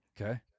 Okay